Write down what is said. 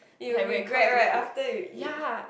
you regret right after you eat